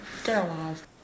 sterilized